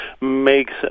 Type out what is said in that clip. makes